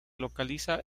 localiza